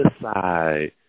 side